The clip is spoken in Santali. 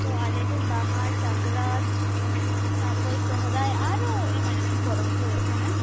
ᱛᱚ ᱟᱞᱮᱴᱷᱮᱱ ᱵᱟᱦᱟ ᱥᱟᱠᱨᱟᱛ ᱛᱟᱯᱚᱨ ᱥᱚᱦᱚᱨᱟᱭ ᱟᱨᱦᱚᱸ ᱮᱢᱟᱱ ᱮᱢᱟᱱ ᱯᱚᱨᱚᱵᱽ ᱠᱚ ᱦᱩᱭᱩᱜ ᱛᱟᱦᱮᱱᱟ